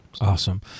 Awesome